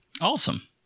Awesome